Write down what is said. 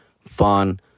fun